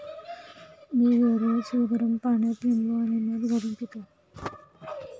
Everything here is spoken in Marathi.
मी दररोज गरम पाण्यात लिंबू आणि मध घालून पितो